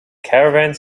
caravans